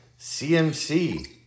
CMC